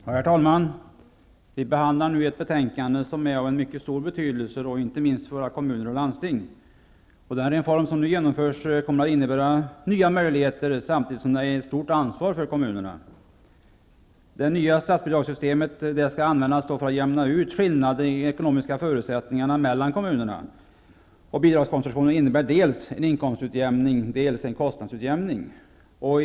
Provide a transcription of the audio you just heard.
Herr talman! Vi behandlar nu ett betänkande som är av mycket stor betydelse, inte minst för kommuner och landsting. Den reform som nu genomförs kommer att innebära nya möjligheter, samtidigt som den lägger ett stort ansvar på kommunerna. Det nya statsbidragssystemet skall användas för att jämna ut skillnaderna i de ekonomiska förutsättningarna mellan kommunerna. Bidragskonstruktionen innebär dels en inkomstutjämning, dels en kostnadsutjämning.